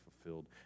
fulfilled